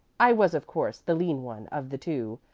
i was, of course, the lean one of the two,